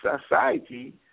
society